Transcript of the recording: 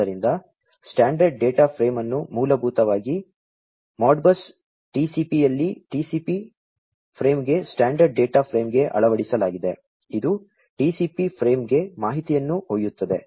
ಆದ್ದರಿಂದ standard data frame ಅನ್ನು ಮೂಲಭೂತವಾಗಿ ಮಾಡ್ಬಸ್ ಟಿಸಿಪಿಯಲ್ಲಿ TCP ಫ್ರೇಮ್ಗೆ ಸ್ಟ್ಯಾಂಡರ್ಡ್ ಡೇಟಾ ಫ್ರೇಮ್ಗೆ ಅಳವಡಿಸಲಾಗಿದೆ ಇದು TCP ಫ್ರೇಮ್ಗೆ ಮಾಹಿತಿಯನ್ನು ಒಯ್ಯುತ್ತದೆ